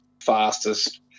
fastest